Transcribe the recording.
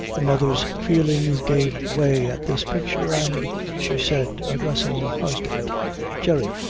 the mother's feelings gave way at this picture and she said, addressing her husband jerry,